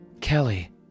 Kelly